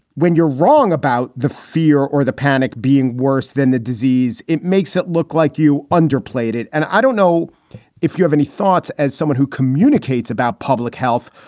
when you're wrong about the fear or the panic being worse than the disease, it makes it look like you underplayed it. and i don't know if you have any thoughts as someone who communicates about public health.